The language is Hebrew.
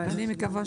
אני מקווה שכן.